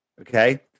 Okay